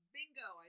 Bingo